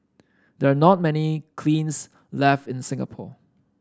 there are not many kilns left in Singapore